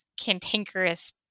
cantankerous